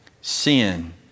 Sin